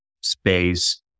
space